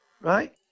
Right